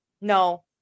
No